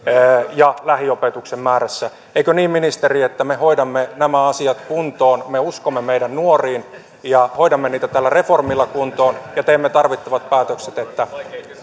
ja lähiopetuksen määrässä eikö niin ministeri että me hoidamme nämä asiat kuntoon me uskomme meidän nuoriin ja hoidamme niitä tällä reformilla kuntoon ja teemme tarvittavat päätökset että